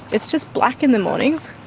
it's just black in the mornings,